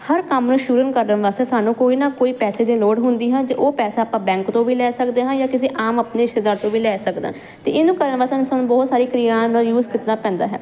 ਹਰ ਕੰਮ ਨੂੰ ਸ਼ੁਰੂ ਕਰਨ ਵਾਸਤੇ ਸਾਨੂੰ ਕੋਈ ਨਾ ਕੋਈ ਪੈਸੇ ਦੀ ਲੋੜ ਹੁੰਦੀ ਹੈ ਜੇ ਉਹ ਪੈਸਾ ਆਪਾਂ ਬੈਂਕ ਤੋਂ ਵੀ ਲੈ ਸਕਦੇ ਹਾਂ ਜਾਂ ਕਿਸੇ ਆਮ ਆਪਣੇ ਰਿਸ਼ਤੇਦਾਰ ਤੋਂ ਵੀ ਲੈ ਸਕਦਾ ਤੇ ਇਹਨੂੰ ਵਾ ਸਾਨ ਸਾਨੂੰ ਬਹੁਤ ਸਾਰੀ ਕਿਰਿਆਨ ਦਾ ਯੂਜ ਕੀਤਾ ਪੈਂਦਾ ਹੈ